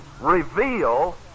reveal